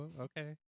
okay